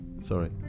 Sorry